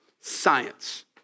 Science